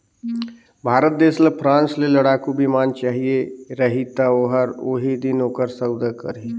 भारत देस ल फ्रांस ले लड़ाकू बिमान चाहिए रही ता ओहर ओही दिन ओकर सउदा करही